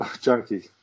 junkie